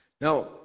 Now